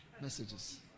messages